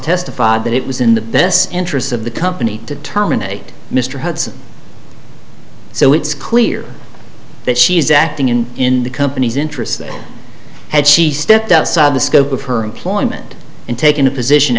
testified that it was in the this interests of the company to terminate mr hudson so it's clear that she is acting in in the company's interest had she stepped outside the scope of her employment and taken a p